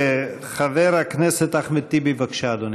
חבר הכנסת אחמד טיבי, בבקשה, אדוני.